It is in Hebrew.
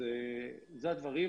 אז אלה הדברים.